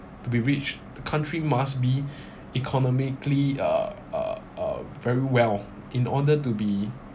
to be rich the country must be economically uh uh uh very well in order to be